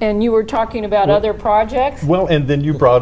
and you were talking about other projects well and then you brought